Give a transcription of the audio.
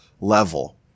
level